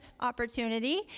opportunity